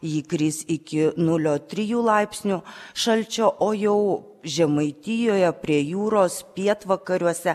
ji kris iki nulio trijų laipsnių šalčio o jau žemaitijoje prie jūros pietvakariuose